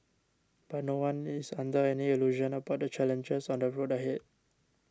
but no one is under any illusion about the challenges on the road ahead